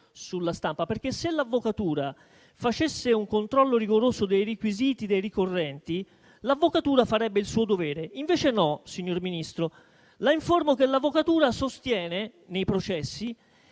sulla stampa. Se l'Avvocatura facesse un controllo rigoroso dei requisiti dei ricorrenti, farebbe il suo dovere. Invece no, signor Ministro. La informo che l'Avvocatura sostiene nei processi